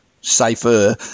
safer